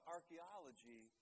Archaeology